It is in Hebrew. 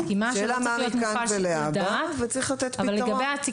לכן אמרנו מכאן ולהבא וצריך לתת פתרון.